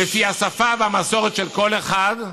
לפי השפה והמסורת של כל אחד.